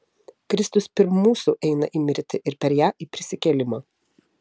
kristus pirm mūsų eina į mirtį ir per ją į prisikėlimą